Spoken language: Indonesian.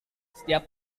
setiap